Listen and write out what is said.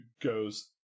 goes